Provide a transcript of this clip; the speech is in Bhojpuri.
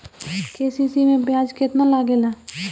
के.सी.सी मै ब्याज केतनि लागेला?